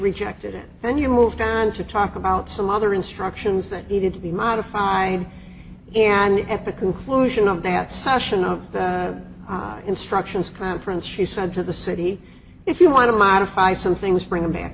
rejected it then you moved on to talk about some other instructions that needed to be modified and at the conclusion of that session of the instructions conference she said to the city if you want to modify some things bring them back